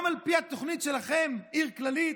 גם על פי התוכנית שלכם, עיר כללית,